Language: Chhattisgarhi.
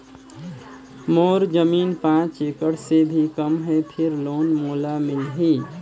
मोर जमीन पांच एकड़ से भी कम है फिर लोन मोला मिलही?